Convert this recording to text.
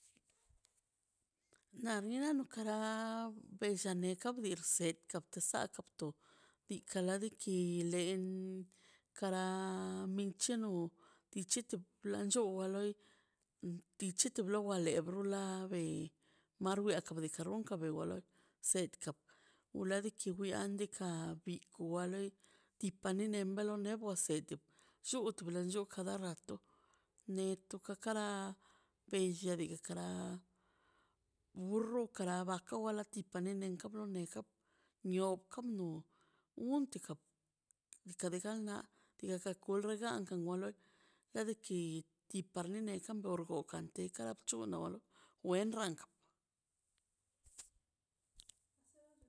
Na nora kara beza nieka kadi seta tika sakato tikara lo tik len kara minchi no tichi lo plancho tichi wa le wa lo bru la be marbie ruka run runka bewa loi setpka wiladikki bian diikaꞌ bikwa loi tipan nina loi nebua sei llutebal llut kada rato netu kara bella ki kara burro kara ka wala tipa nne nenkabron neza nioka no untika dika de gan nal tika kan negan kanga loi le de ki tikar nio neza tergokan te kara bc̱huno lo wen rank